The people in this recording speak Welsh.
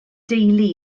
deulu